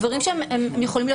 דברים שהם מקובלים,